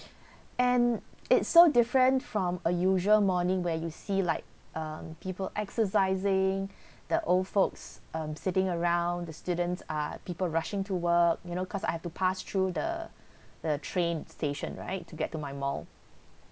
and it's so different from a usual morning where you see like um people exercising the old folks um sitting around the students are people rushing to work you know because I have to pass through the the train station right to get to my mall